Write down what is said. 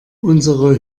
unsere